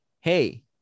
hey